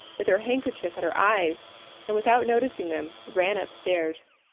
with her handkerchief at her eyes and without noticing them ran up stairs.